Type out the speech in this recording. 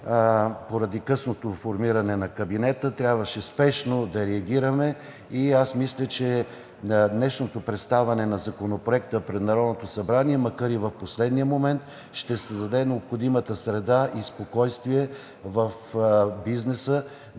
поради късното формиране на кабинета, трябваше спешно да реагираме. Аз мисля, че днешното представяне на Законопроекта пред Народното събрание, макар и в последния момент, ще създаде необходимата среда и спокойствие в бизнеса